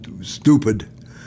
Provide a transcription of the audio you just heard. stupid